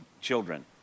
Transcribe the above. children